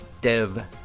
dev